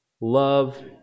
love